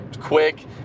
quick